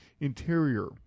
interior